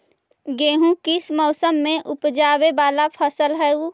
गेहूं किस मौसम में ऊपजावे वाला फसल हउ?